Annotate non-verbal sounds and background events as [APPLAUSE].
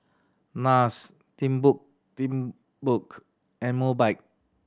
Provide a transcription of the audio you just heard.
Nars [UNINTELLIGIBLE] Timbuk and Mobike